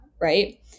Right